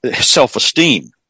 self-esteem